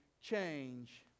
change